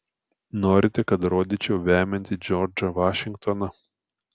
norite kad rodyčiau vemiantį džordžą vašingtoną